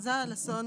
הכרזה על אסון